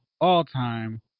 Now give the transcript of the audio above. all-time